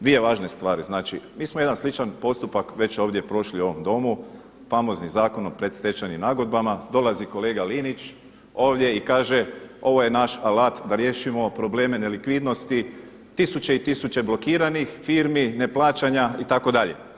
Dvije važne stvari, znači mi smo jedan sličan postupak već ovdje prošli u ovom Domu, famozni Zakon o predstečajnim nagodbama, dolazi kolega Linić ovdje i kaže ovo je naš alat da riješimo probleme nelikvidnosti, tisuće i tisuće blokiranih firmi neplaćanja itd.